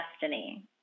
destiny